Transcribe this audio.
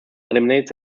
eliminates